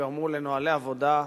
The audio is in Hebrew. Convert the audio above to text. גרמו לנוהלי עבודה,